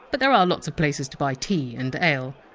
but there are lots of places to buy tea and ale.